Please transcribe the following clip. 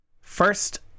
First